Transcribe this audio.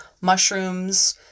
mushrooms